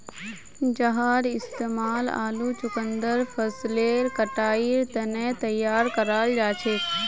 जहार इस्तेमाल आलू चुकंदर फसलेर कटाईर तने तैयार कराल जाछेक